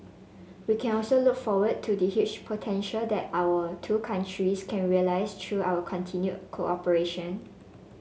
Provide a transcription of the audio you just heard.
we can also look forward to the huge potential that our two countries can realise through our continued cooperation